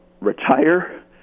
retire